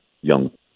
young